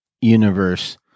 universe